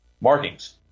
markings